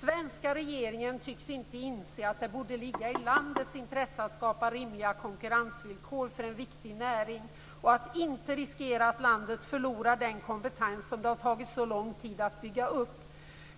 Den svenska regeringen tycks inte inse att det borde ligga i landets intresse att skapa rimliga konkurrensvillkor för en viktig näring och att inte riskera att landet förlorar den kompetens som det har tagit så lång tid att bygga upp.